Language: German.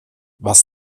was